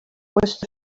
was